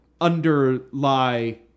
underlie